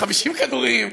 50 כדורים?